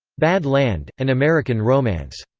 bad land an american romance.